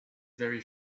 very